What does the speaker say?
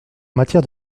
matière